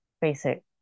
basic